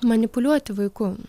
manipuliuoti vaiku